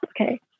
okay